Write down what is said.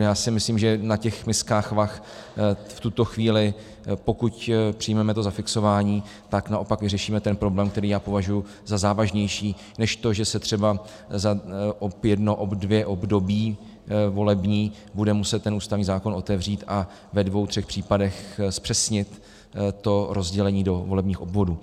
Já si myslím, že na těch miskách vah v tuto chvíli, pokud přijmeme to zafixování, tak naopak vyřešíme ten problém, který já považuji za závažnější než to, že se třeba ob jedno ob dvě volební období bude muset ten ústavní zákon otevřít a ve dvou třech případech zpřesnit rozdělení do volebních obvodů.